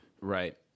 right